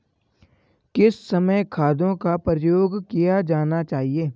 किस समय खादों का प्रयोग किया जाना चाहिए?